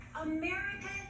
America